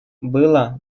было